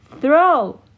Throw